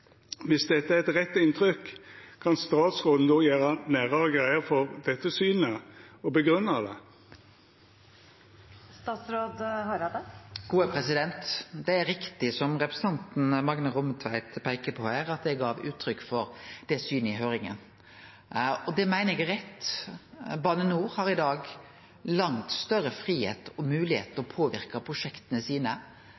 dette er eit rett inntrykk, kan statsråden då gjera nærare greie for dette synet, og grunngje det? Det er riktig som representanten Magne Rommetveit peikar på her, at eg gav uttrykk for det synet i høyringa, og det meiner eg er rett. Bane NOR har i dag langt større fridom og moglegheit til